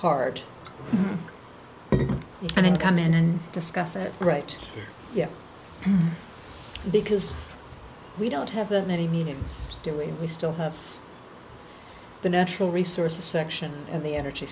hard and then come in and discuss it right yet because we don't have that many meetings doing we still have the natural resources section of the energy